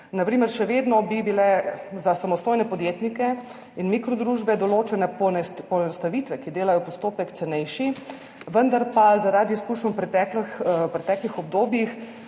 Na primer še vedno bi bile za samostojne podjetnike in mikro družbe določene poenostavitve, ki delajo postopek cenejši, vendar pa zaradi izkušenj v preteklih obdobjih